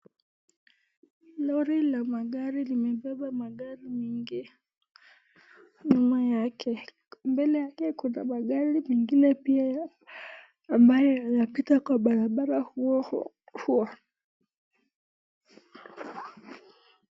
Lori la magari limebeba magari mingi nyuma yake. Mbele yake Kuna magari mingine ambayo yanapita katika barabara huo huo.